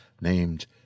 named